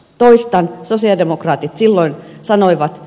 toistan sosialidemokraatit silloin sanoivat